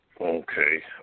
Okay